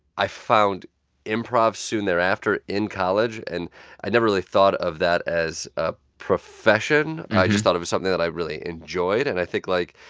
i found improv soon thereafter in college, and i never really thought of that as a profession. i just thought it was something that i really enjoyed. and i think, like,